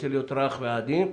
רך ועדין,